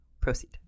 proceed